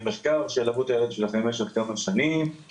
למחקר שילוו את הילד שלכם למשך כמה שנים,